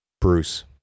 Bruce